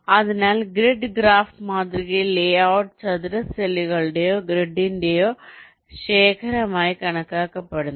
അതിനാൽ grid graph മാതൃകയിൽ layout ചതുര സെല്ലുകളുടെയോ ഗ്രിഡിന്റെയോ ശേഖരമായി കണക്കാക്കപ്പെടുന്നു